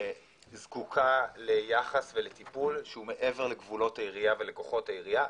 זקוקה ליחס ולטיפול שהוא מעבר לגבולות העירייה וכוחות העירייה.